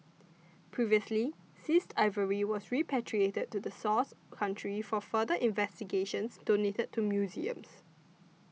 previously seized ivory was repatriated to the source country for further investigations donated to museums